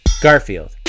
Garfield